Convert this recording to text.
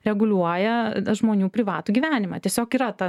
reguliuoja žmonių privatų gyvenimą tiesiog yra ta